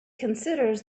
considers